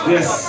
Yes